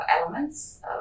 elements